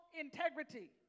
integrity